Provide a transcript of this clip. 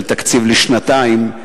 של תקציב לשנתיים.